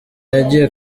yagiye